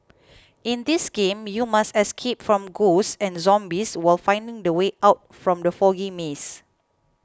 in this game you must escape from ghosts and zombies while finding the way out from the foggy maze